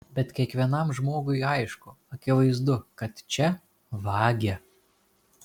bet kiekvienam žmogui aišku akivaizdu kad čia vagia